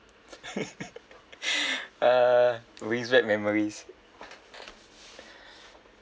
ah brings back memories